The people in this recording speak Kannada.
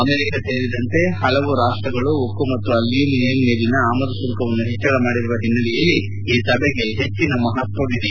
ಅಮೆರಿಕಾ ಸೇರಿದಂತೆ ಹಲವು ರಾಷ್ಟಗಳು ಉಕ್ಕು ಮತ್ತು ಅಲ್ಯುಮಿನಿಯಂ ಮೇಲಿನ ಆಮದು ಸುಂಕವನ್ನು ಹೆಚ್ಚಳ ಮಾಡಿರುವ ಹಿನ್ನೆಲೆಯಲ್ಲಿ ಈ ಸಭೆಗೆ ಹೆಚ್ಚಿನ ಮಹತ್ಯವಿದೆ